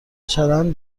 چرند